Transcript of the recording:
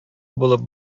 булып